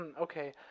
okay